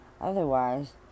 otherwise